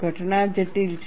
ઘટના જટિલ છે